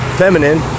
feminine